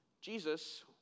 Jesus